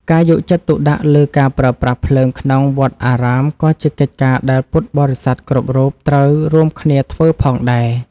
ការយកចិត្តទុកដាក់លើការប្រើប្រាស់ភ្លើងក្នុងវត្តអារាមក៏ជាកិច្ចការដែលពុទ្ធបរិស័ទគ្រប់រូបត្រូវរួមគ្នាធ្វើផងដែរ។